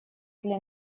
для